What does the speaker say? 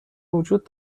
وجود